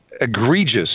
egregious